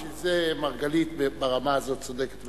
בשביל זה מרגלית ברמה הזאת צודקת.